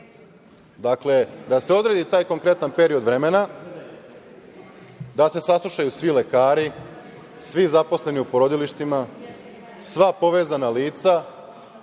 dakle, da se odredi taj konkretan period vremena, da se saslušaju svi lekari, svi zaposleni u porodilištima, sva povezana lica,